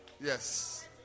Yes